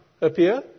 appear